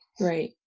Right